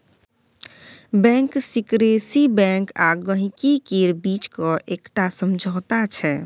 bank secrecy bank आ गांहिकी केर बीचक एकटा समझौता छै